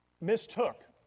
mistook